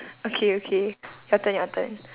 okay okay your turn your turn